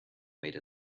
made